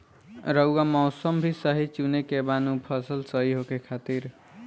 रऊआ मौसम भी सही चुने के बा नु फसल सही होखे खातिर